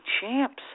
champs